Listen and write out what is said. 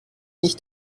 nicht